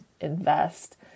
invest